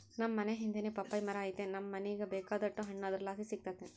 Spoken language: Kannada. ನಮ್ ಮನೇ ಹಿಂದೆನೇ ಪಪ್ಪಾಯಿ ಮರ ಐತೆ ನಮ್ ಮನೀಗ ಬೇಕಾದೋಟು ಹಣ್ಣು ಅದರ್ಲಾಸಿ ಸಿಕ್ತತೆ